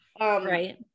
Right